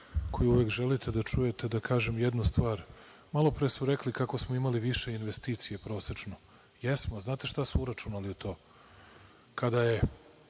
koji uvek želite da čujete, da kažem jednu stvar. Malopre su rekli kako smo imali više investicija prosečno. Jesmo. A znate li šta su uračunali u to? Kada je